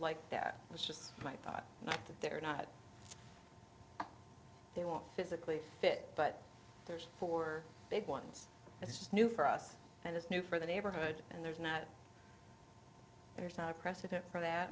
like that was just my thought that they're not they won't physically fit but there's four big ones it's just new for us and it's new for the neighborhood and there's not there's not a precedent for that